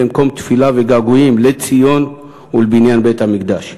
למקום תפילה וגעגועים לציון ולבניין בית-המקדש.